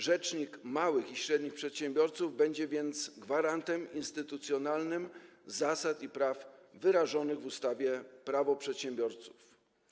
Rzecznik małych i średnich przedsiębiorców będzie więc gwarantem instytucjonalnym zasad i praw wyrażonych w ustawie Prawo przedsiębiorców.